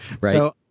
Right